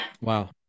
Wow